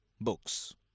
books